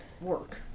work